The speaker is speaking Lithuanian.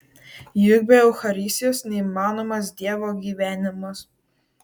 juk be eucharistijos neįmanomas dievo gyvenimas